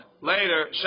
later